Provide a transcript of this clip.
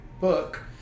book